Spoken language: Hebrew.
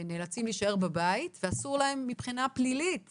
שנאלצים להישאר בבית ואסור להם מבחינה פלילית